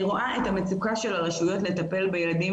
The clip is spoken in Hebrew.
אני רואה את המצוקה של הרשויות לטפל בילדים